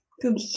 good